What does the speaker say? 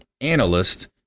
analyst